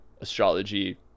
astrology